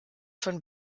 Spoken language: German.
von